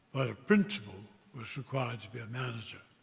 principal was required to be a manager.